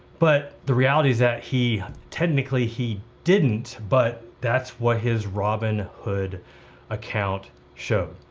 but the reality is that he technically, he didn't, but that's what his robinhood account showed,